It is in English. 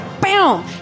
Bam